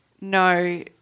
No